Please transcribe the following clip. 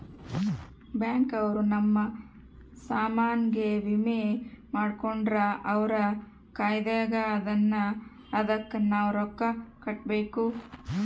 bank ಅವ್ರ ನಮ್ ಸಾಮನ್ ಗೆ ವಿಮೆ ಮಾಡ್ಕೊಂಡ್ರ ಅವ್ರ ಕಾಯ್ತ್ದಂಗ ಅದುನ್ನ ಅದುಕ್ ನವ ರೊಕ್ಕ ಕಟ್ಬೇಕು